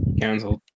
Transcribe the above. Cancelled